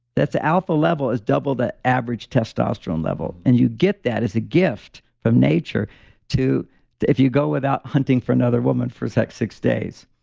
that's the alpha level. it's double the average testosterone level. and you get that as a gift from nature to if you go without hunting for another woman for a sex six days.